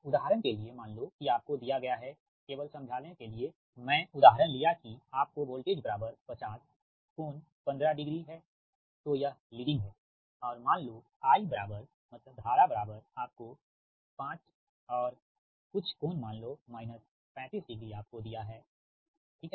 उदाहरण के लिए मान लो कि आपको दिया गया हैकेवल समझाने के लिए मैं उदाहरण लिया की आपको वोल्टेज बराबर 50 कोण 15 डिग्री है तो यह लीडिंग है और मान लो I बराबर आपको 5 और कुछ कोण मान लो माइनस 35 डिग्री आपको दिया है ठीक है